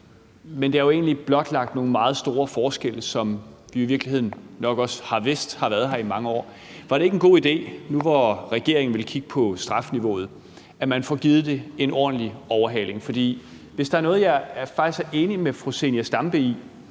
tid. Det har jo egentlig blotlagt nogle meget store forskelle, som vi i virkeligheden nok også har vidst har været her i mange år. Var det ikke en god idé nu, hvor regeringen vil kigge på strafniveauet, at man får givet det en ordentlig overhaling? For hvis der er noget, jeg faktisk er enig med fru Zenia Stampe i,